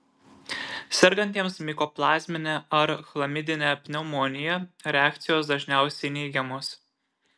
sergantiems mikoplazmine ar chlamidine pneumonija reakcijos dažniausiai neigiamos